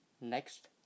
next